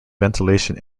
ventilation